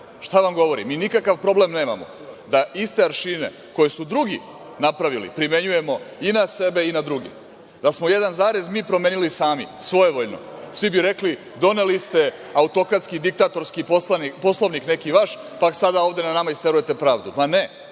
šta vam govori? Mi nikakav problem nemamo da iste aršine koji su drugi napravili, primenjujemo i na sebe i na druge, da smo jedan zarez mi promenili sami svojevoljno, svi bi rekli doneli ste autokratski diktatorski Poslovnik neki vaš, pa sada ovde na nama isterujete pravdu.